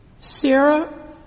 Sarah